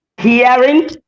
hearing